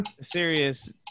Serious